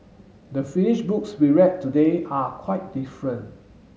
the finish books we read today are quite different